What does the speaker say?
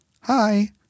hi